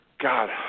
God